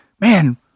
man